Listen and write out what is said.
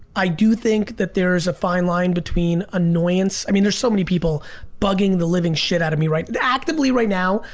i do think that there is a fine line between annoyance, i mean there's so many people bugging the living shit out of me right? actively right now,